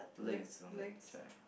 legs on that chair